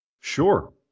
Sure